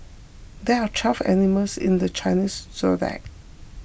there are twelve animals in the Chinese zodiac